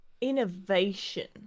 innovation